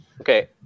Okay